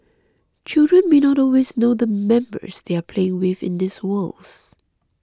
children may not always know the members they are playing with in these worlds